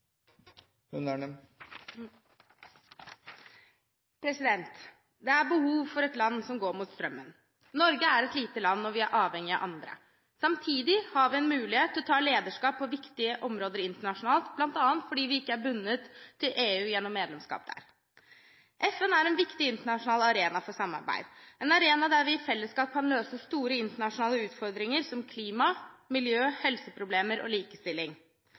derfra. Det er behov for et land som går mot strømmen. Norge er et lite land, og vi er avhengig av andre. Samtidig har vi mulighet til å ta lederskap på viktige områder internasjonalt, bl.a. fordi vi ikke er bundet til EU gjennom medlemskap der. FN er en viktig internasjonal arena for samarbeid, en arena der vi i fellesskap kan løse store internasjonale utfordringer med klima, miljø, helse og likestilling.